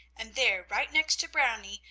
and there right next to brownie,